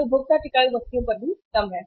यह उपभोक्ता टिकाऊ वस्तुओं पर भी कम है